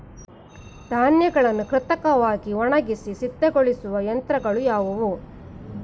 ಧಾನ್ಯಗಳನ್ನು ಕೃತಕವಾಗಿ ಒಣಗಿಸಿ ಸಿದ್ದಗೊಳಿಸುವ ಯಂತ್ರಗಳು ಯಾವುವು?